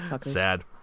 Sad